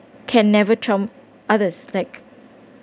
can never trump others like